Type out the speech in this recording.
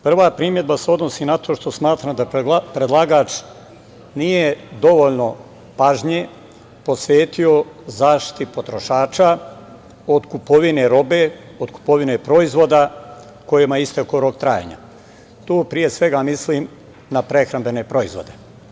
Prva primedba se odnosi na to što smatram da predlagač nije dovoljno pažnje posvetio zaštiti potrošača od kupovine robe, od kupovine proizvoda kojima je istekao rok trajanja, to pre svega mislim na prehrambene proizvode.